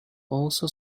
also